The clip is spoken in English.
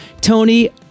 Tony